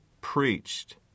preached